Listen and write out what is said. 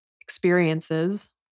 experiences